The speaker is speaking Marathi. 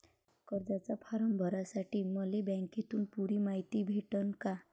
कर्जाचा फारम भरासाठी मले बँकेतून पुरी मायती भेटन का?